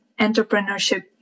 entrepreneurship